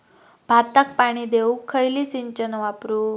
भाताक पाणी देऊक खयली सिंचन वापरू?